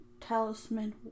Talisman